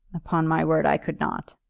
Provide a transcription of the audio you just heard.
upon my word i could not.